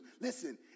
listen